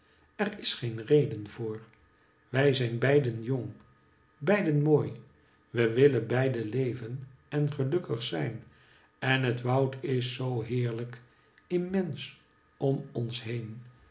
er is geen reden voor we zijn beiden jong beiden mooi we willen beiden leven en gelukkig zijn en het woud is zoo heerlijk immens om ons heen